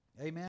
Amen